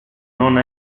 non